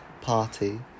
party